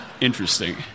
interesting